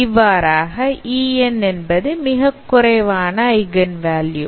இவ்வாறாக vector en ல் λn என்பது மிகக்குறைவான ஐகன் வேல்யூ